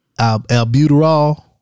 Albuterol